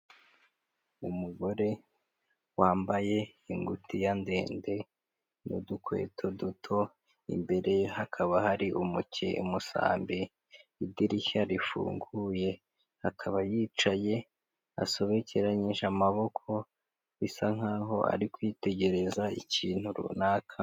Umugore wambaye ingutiya ndende n'udukweto duto, imbere ye hakaba hari umusambi, idirishya rifunguye, akaba yicaye asobekeranyije amaboko, bisa nk'aho ari kwitegereza ikintu runaka.